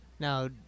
Now